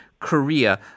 korea